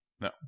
No